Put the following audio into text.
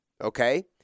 okay